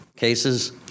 Cases